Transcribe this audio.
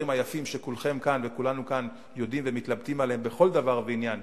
היפים שכולכם כאן וכולנו כאן יודעים ומתלבטים בהם בכל דבר ועניין,